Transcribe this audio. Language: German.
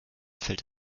fällt